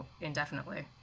indefinitely